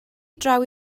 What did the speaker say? draw